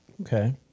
Okay